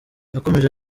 yakomeje